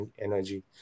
energy